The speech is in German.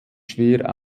schwer